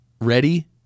ready